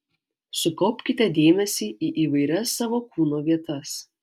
sukaupkite dėmesį į įvairias savo kūno vietas